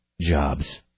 jobs